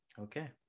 Okay